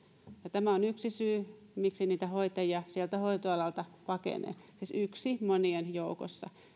tämä on yksi syy miksi niitä hoitajia sieltä hoitoalalta pakenee siis yksi monien joukossa